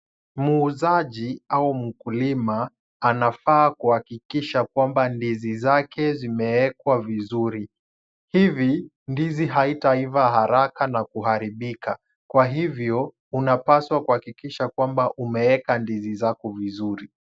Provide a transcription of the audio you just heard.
Muuzaji au mkulima anafaa kuhakikisha kwamba ndizi zake zimeekwa vizuri. Hivi, ndizi haitaiva haraka na kuharibika. Kwa hivyo, unapaswa kuhakikisha kwamba umeweka ndizi zako vizuri.